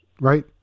right